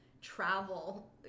travel